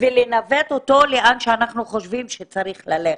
ולנווט אותו לאן שאנחנו חושבים שצריך ללכת.